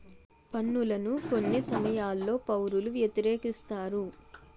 పన్నులను కొన్ని సమయాల్లో పౌరులు వ్యతిరేకిస్తారు